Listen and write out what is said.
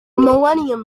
millennium